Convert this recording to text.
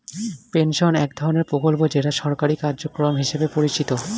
pension এক ধরনের প্রকল্প যেটা সরকারি কার্যক্রম হিসেবে পরিচিত